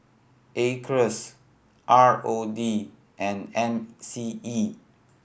Acres R O D and M C E